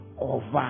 over